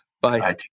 Bye